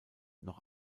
noch